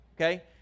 okay